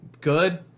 good